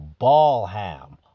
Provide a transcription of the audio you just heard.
Ballham